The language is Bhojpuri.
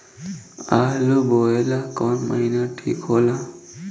आलू बोए ला कवन महीना ठीक हो ला?